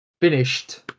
finished